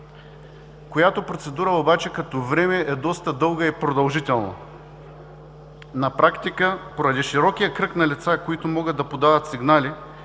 започва процедура, която като време е доста дълга и продължителна. На практика поради широкия кръг на лица, които могат да подават сигнали